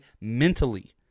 mentally